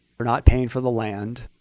we're not paying for the land.